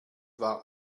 war